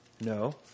No